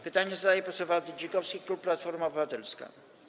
Pytanie zada poseł Waldy Dzikowski, klub Platforma Obywatelska.